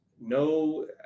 no